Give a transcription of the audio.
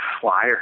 flyer